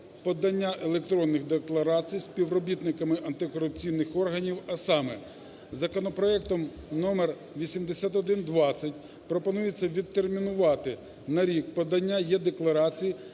подання електронних декларацій співробітниками антикорупційних органів, а саме: законопроектом № 8120 пропонується відтермінувати на рік подання е-декларацій